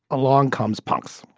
along comes punks.